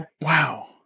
Wow